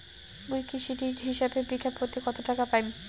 মুই কৃষি ঋণ হিসাবে বিঘা প্রতি কতো টাকা পাম?